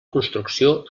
construcció